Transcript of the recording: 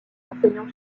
enseignants